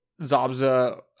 Zabza